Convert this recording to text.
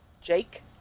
Jake